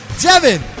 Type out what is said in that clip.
Devin